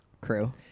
crew